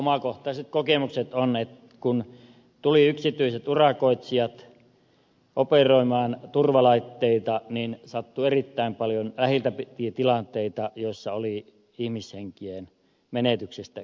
omakohtaiset kokemukset ovat että kun tulivat yksityiset urakoitsijat operoimaan turvalaitteita niin sattui erittäin paljon läheltä piti tilanteita joissa oli ihmishenkien menetyksestä kysymys